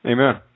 Amen